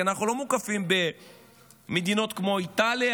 כי אנחנו לא מוקפים במדינות כמו איטליה,